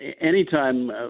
anytime